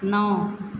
नौ